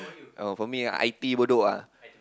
oh for me I_T_E Bedok ah